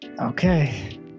Okay